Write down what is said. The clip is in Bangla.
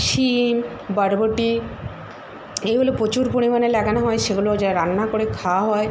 শিম বরবটি এই হলো প্রচুর পরিমাণে লাগানো হয় সেগুলোও যায় রান্না করে খাওয়া হয়